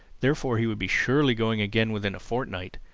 therefore he would be surely going again within a fortnight.